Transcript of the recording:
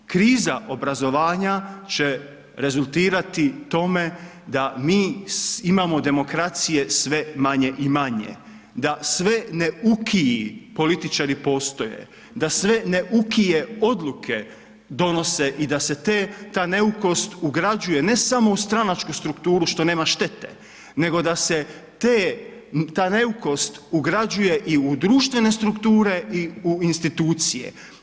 Kriza obrazovanja će rezultirati tome da mi imamo demokracije sve manje i manje, da sve neukiji političari postoje, da sve neukije odluke donose i da se ta neukost ugrađuje ne samo stranačku strukturu što nema štete nego da se ta neukost ugrađuje i u društvene strukture i u institucije.